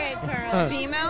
Female